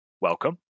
welcome